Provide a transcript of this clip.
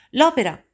L'opera